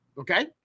Okay